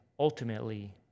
ultimately